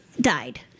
died